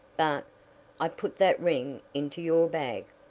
but i put that ring into your bag!